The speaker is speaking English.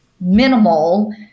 minimal